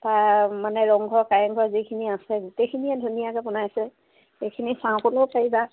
তাৰমানে ৰংঘৰ কাৰেংঘৰ যিখিনি আছে গোটেইখিনিয়ে ধুনীয়াকৈ বনাইছে সেইখিনি চাওঁ ক'লেও পাৰিবা